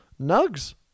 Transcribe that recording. Nugs